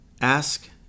Ask